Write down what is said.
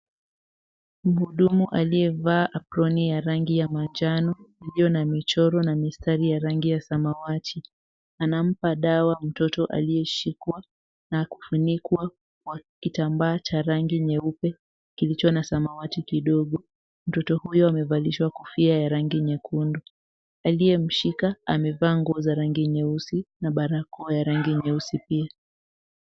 Mhudumu aliyevaa aproni ya rangi ya manjano iliyo na michoro na mistari ya rangi ya samawati anampa dawa mtoto aliyeshikwa na kufunikwa kwa kitambaa cha rangi nyeupe kilicho na samawati kidogo. Mtoto huyo amevalishwa kofia ya rangi nyekundu. Aliyemshika amevaa nguo za rangi nyeusi na barakoa ya rangi nyeusi pia.